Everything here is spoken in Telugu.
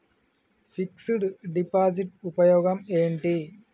ఫిక్స్ డ్ డిపాజిట్ ఉపయోగం ఏంటి?